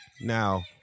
Now